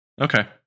Okay